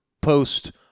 post